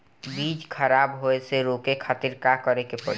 बीज खराब होए से रोके खातिर का करे के पड़ी?